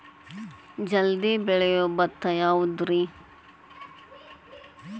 ಜಲ್ದಿ ಬೆಳಿಯೊ ಭತ್ತ ಯಾವುದ್ರೇ?